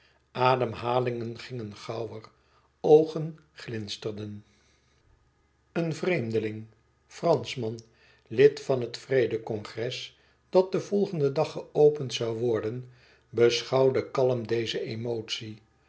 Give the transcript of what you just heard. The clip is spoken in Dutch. gingen gauwer oogen glinsterden een vreemdeling franschman lid van het vrede congres dat den volgenden dag geopend zoû worden beschouwde kalm deze emotie